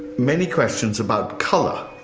many questions about color,